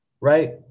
right